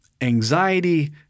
anxiety